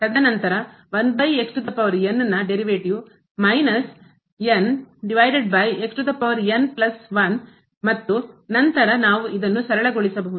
ತದನಂತರ ನ derivative ಉತ್ಪನ್ನ ಮೈನಸ್ ಮತ್ತು ನಂತರ ನಾವು ಇದನ್ನು ಸರಳಗೊಳಿಸಬಹುದು